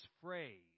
phrase